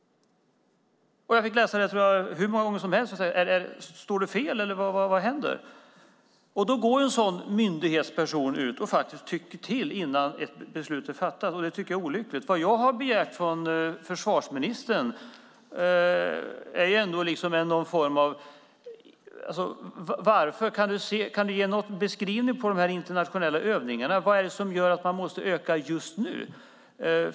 Jag fick läsa det hur många gånger som helst eftersom jag undrade om det stod fel. Här går en sådan myndighetsperson ut och tycker till innan ett beslut är fattat, och det tycker jag är olyckligt. Kan försvarsministern ge en beskrivning av de här internationella övningarna? Vad är det som gör att man måste öka dem just nu?